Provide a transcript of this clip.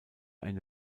eine